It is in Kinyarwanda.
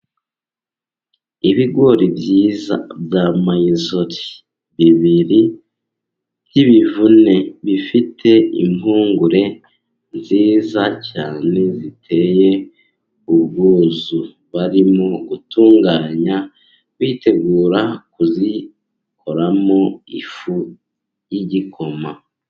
Ibigori byiza bya mayizori bibiri byibivune bifite impungure nziza cyane ziteye ubwuzu, barimo gutunganya bitegura kuzikoramo ifu y'igikoma.